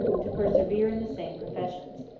to persevere in the same professions.